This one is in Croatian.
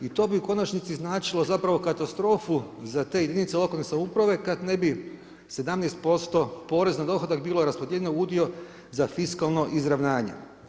I to bi u konačnici značilo zapravo katastrofu za te jedinice lokalne samouprave kada ne bi 17% poreza na dohodak bilo raspodijeljeno udio za fiskalno izravnanje.